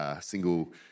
single